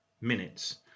minutes